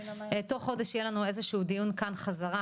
ובתוך חודש יהיה לנו איזה שהוא דיון כאן חזרה,